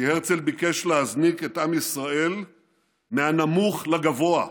כי הרצל ביקש להזניק את עם ישראל מהנמוך לגבוה,